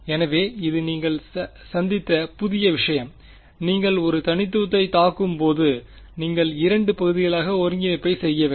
எனவே இது நீங்கள் சந்தித்த புதிய விஷயம் நீங்கள் ஒரு தனித்துவத்தைத் தாக்கும் போது நீங்கள் இரண்டு பகுதிகளாக ஒருங்கிணைப்பைச் செய்ய வேண்டும்